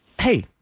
Hey